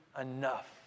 enough